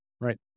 Right